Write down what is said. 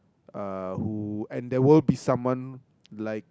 uh who and there will be someone like